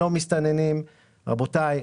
לא מסתננים" רבותיי,